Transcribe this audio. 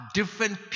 different